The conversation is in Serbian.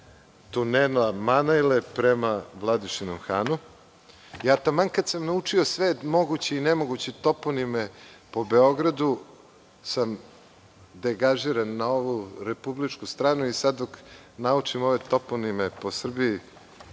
tunela Manejle prema Vladičinom Hanu. Taman kada sam naučio sve moguće i nemoguće toponime po Beogradu, deganžiran sam na ovu republičku stranu i sada dok naučim ove toponime po Srbiju,